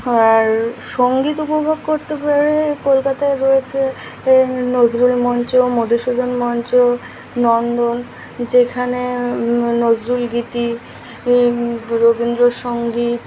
আর সঙ্গীত উপভোগ করতে পারে কলকাতায় রয়েছে এ নজরুল মঞ্চ মধুসূদন মঞ্চ নন্দন যেখানে নজরুল গীতি ই রবীন্দ্র সঙ্গীত